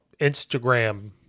Instagram